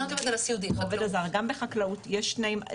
גם בחקלאות יש תנאים.